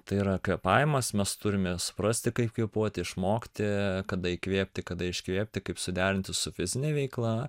tai yra kvėpavimas mes turime suprasti kaip kvėpuoti išmokti kada įkvėpti kada iškvėpti kaip suderinti su fizine veikla